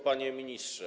Panie Ministrze!